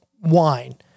wine